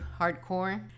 hardcore